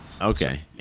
Okay